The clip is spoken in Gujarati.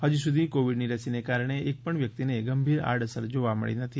હજી સુધી કોવિડની રસીના કારણે એક પણ વ્યક્તિને ગંભીર અસર જોવા મળી નથી